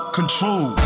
control